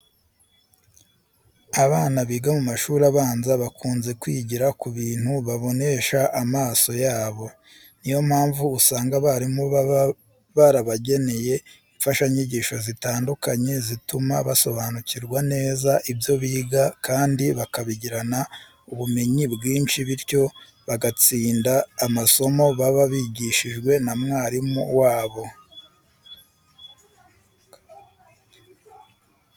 Abana biga mu mashuri abanza bakunze kwigira ku bintu babonesha amaso yabo. Niyo mpamvu usanga abarimu baba barabageneye imfashanyigisho zitandukanye zituma basobanukirwa neza ibyo biga kandi bakabigiraho ubumenyi bwinshi bityo bagatsinda amasomo baba bigishijwe n'amarimu wabo.